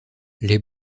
les